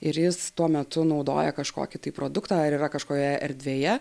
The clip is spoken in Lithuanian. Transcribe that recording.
ir jis tuo metu naudoja kažkokį tai produktą ar yra kažkoje erdvėje